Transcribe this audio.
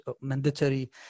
mandatory